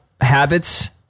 habits